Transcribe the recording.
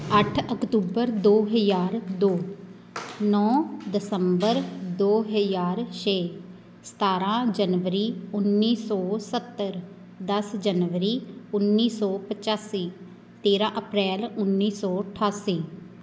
ਅੱਠ ਅਕਤੂਬਰ ਦੋ ਹਜ਼ਾਰ ਦੋ ਨੌ ਦਸੰਬਰ ਦੋ ਹਜ਼ਾਰ ਛੇ ਸਤਾਰ੍ਹਾਂ ਜਨਵਰੀ ਉੱਨੀ ਸੌ ਸੱਤਰ ਦਸ ਜਨਵਰੀ ਉੱਨੀ ਸੌ ਪਚਾਸੀ ਤੇਰ੍ਹਾਂ ਅਪ੍ਰੈਲ ਉੱਨੀ ਸੌ ਅਠਾਸੀ